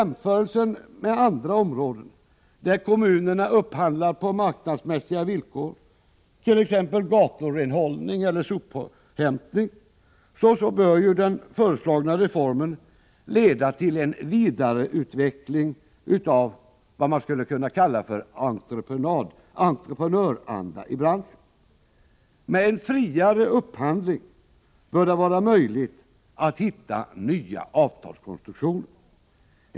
Med tanke på andra områden där kommunerna upphandlar på marknadsmässiga villkor, t.ex. i fråga om gaturenhållning eller sophämtning, bör den föreslagna reformen leda till en vidareutveckling av vad man skulle kunna kalla för entreprenöranda inom branschen. Med en friare upphandling bör det vara möjligt att hitta nya avtalskonstruktioner.